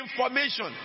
information